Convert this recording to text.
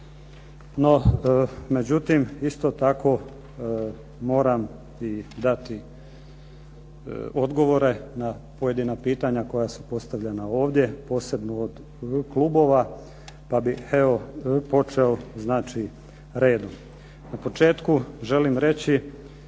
no međutim, isto tako moram dati odgovore na pojedina pitanja koja su postavljena ovdje posebno od klubova, pa bih počeo redom. Na početku želim reći